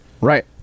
Right